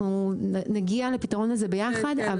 אנחנו נגיע לפתרון הזה ביחד.